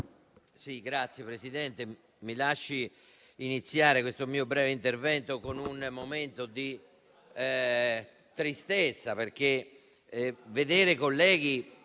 Signor Presidente, mi lasci iniziare questo mio breve intervento con un momento di tristezza, perché vedere colleghi